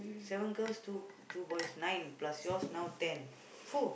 seven girls two two boys nine plus yours now ten